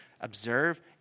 Observe